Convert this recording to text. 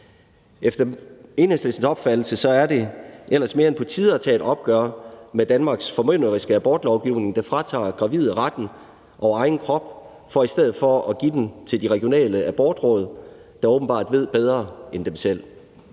Efter Enhedslistens opfattelse er det ellers mere end på tide at tage et opgør med Danmarks formynderiske abortlovgivning, der fratager gravide retten over egen krop for i stedet at give den til de regionale abortsamråd, der åbenbart ved bedre end dem selv.